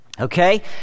okay